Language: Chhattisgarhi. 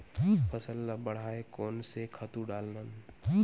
फसल ल बढ़ाय कोन से खातु डालन?